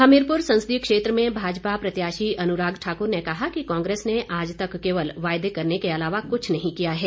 हमीरपुर संसदीय क्षेत्र में भाजपा प्रत्याशी अनुराग ठाकुर ने कहा कि कांग्रेस ने आज तक केवल वायदे करने के अलावा कुछ नहीं किया है